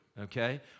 okay